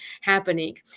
happening